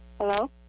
Hello